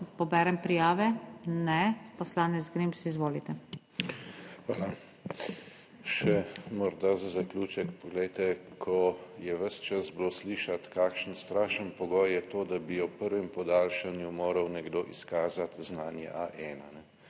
poberem prijave? Ne, poslanec Grims, izvolite. **MAG. BRANKO GRIMS (PS SDS):** Hvala. Še morda za zaključek. Poglejte, ko je ves čas bilo slišati kakšen strašen pogoj je to, da bi ob prvem podaljšanju moral nekdo izkazati znanje A1.